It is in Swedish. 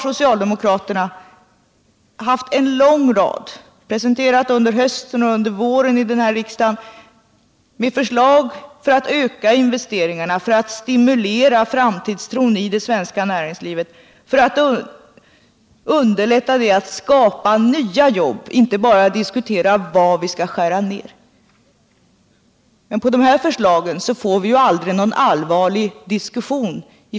Socialdemokraterna har under hösten och denna vår presenterat en lång rad förslag om att öka investeringarna och stimulera framtidstron i det svenska näringslivet liksom förslag om hur man skall underlätta tillskapandet av nya jobb i stället för att bara diskutera nedskärningar. Men kring dessa förslag tar den borgerliga regeringen aldrig upp någon allvarlig diskussion.